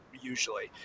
usually